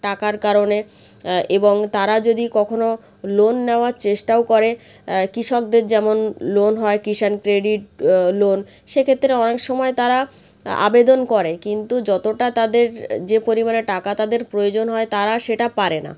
টাকার কারণে এবং তারা যদি কখনও লোন নেওয়ার চেষ্টাও করে কৃষকদের যেমন লোন হয় কিষান ক্রেডিট লোন সেক্ষেত্রে অনেক সময় তারা আ আবেদন করে কিন্তু যতটা তাদের যে পরিমাণে টাকা তাদের প্রয়োজন হয় তারা সেটা পারে না